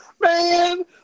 Man